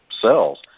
cells